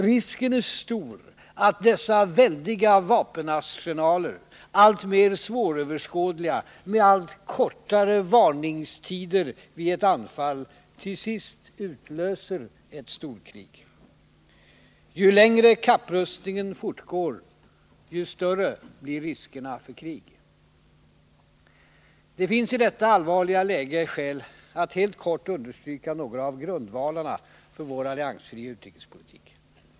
Risken är stor att dessa väldiga vapenarsenaler, alltmer svåröverskådliga, med allt kortare varningstider vid ett anfall, till sist utlöser ett storkrig. Ju längre kapprustningen fortgår, desto större blir riskerna för krig. Det finns i detta allvarliga läge skäl att helt kort understryka några av grundvalarna för vår alliansfria utrikespolitik.